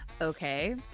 Okay